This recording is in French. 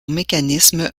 mécanisme